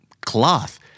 Cloth